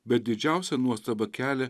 bet didžiausią nuostabą kelia